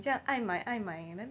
这样 ai mai ai mai